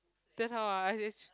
then how ah